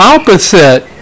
Opposite